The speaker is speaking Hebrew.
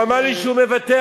הוא אמר לי שהוא מוותר,